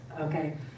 okay